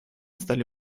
стали